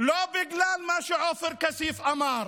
לא בגלל מה שעופר כסיף אמר.